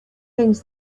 things